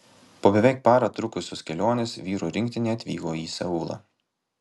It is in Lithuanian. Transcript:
po beveik parą trukusios kelionės vyrų rinktinė atvyko į seulą